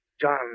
John